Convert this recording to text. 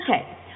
Okay